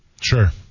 Sure